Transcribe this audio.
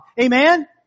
Amen